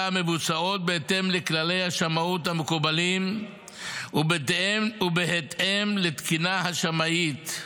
מבוצעות בהתאם לכללי השמאות המקובלים ובהתאם לתקינה השמאית,